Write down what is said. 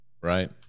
right